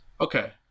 Okay